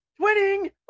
Twinning